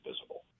visible